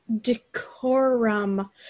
Decorum